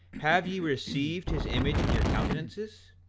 have ye received his image in your countenances?